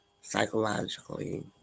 psychologically